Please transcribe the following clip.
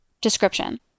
Description